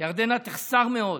ירדנה תחסר מאוד.